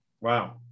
Wow